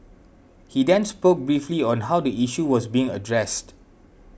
he then spoke briefly on how the issue was being addressed